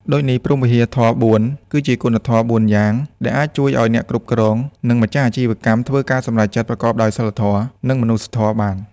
ដូចនេះ ព្រហ្មវិហារធម៌៤ គឺជាគុណធម៌៤យ៉ាងដែលអាចជួយឱ្យអ្នកគ្រប់គ្រង និងម្ចាស់អាជីវកម្មធ្វើការសម្រេចចិត្តប្រកបដោយសីលធម៌ និងមនុស្សធម៌បាន។